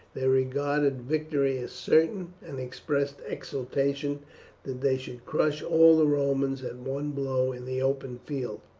they regarded victory as certain, and expressed exultation that they should crush all the romans at one blow in the open field,